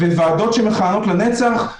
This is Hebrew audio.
ואם מישהו כיהן 4 ועוד יש תקופות לאחר 5 שנים,